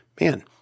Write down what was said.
man